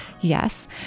Yes